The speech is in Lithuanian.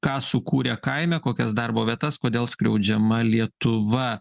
ką sukūrė kaime kokias darbo vietas kodėl skriaudžiama lietuva